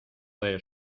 del